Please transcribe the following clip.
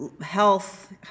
health